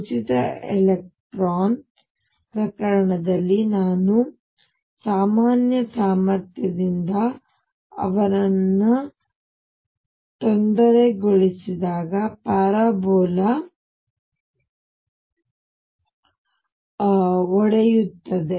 ಉಚಿತ ಎಲೆಕ್ಟ್ರಾನ್ ಪ್ರಕರಣದಲ್ಲಿ ನಾನು ಸಾಮಾನ್ಯ ಸಾಮರ್ಥ್ಯದಿಂದ ಅವರನ್ನು ತೊಂದರೆಗೊಳಿಸಿದಾಗ ಪ್ಯಾರಾಬೋಲಾ ಒಡೆಯುತ್ತದೆ